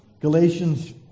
Galatians